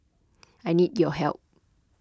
I need your help